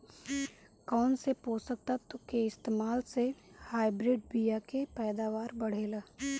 कौन से पोषक तत्व के इस्तेमाल से हाइब्रिड बीया के पैदावार बढ़ेला?